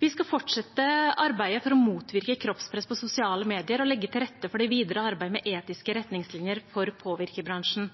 Vi skal fortsette arbeidet for å motvirke kroppspress i sosiale medier og legge til rette for det videre arbeidet med etiske retningslinjer for påvirkerbransjen.